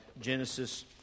Genesis